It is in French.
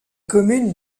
communes